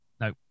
No